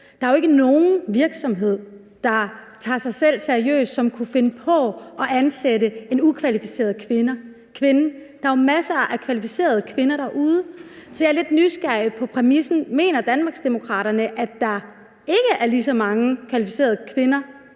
Der er jo ikke nogen virksomhed, der tager sig selv seriøst, som kunne finde på at ansætte en ukvalificeret kvinde. Der er jo masser af kvalificerede kvinder derude. Så jeg er lidt nysgerrig på præmissen: Mener Danmarksdemokraterne, at der ikke er lige så mange kvalificerede kvinder